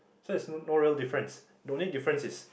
so it's no real difference the only difference is